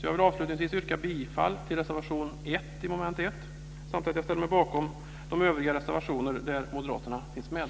Jag vill avslutningsvis yrka bifall till reservation 1 under mom. 1, och jag ställer mig bakom de övriga reservationer där moderater finns med.